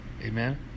Amen